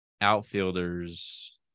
outfielders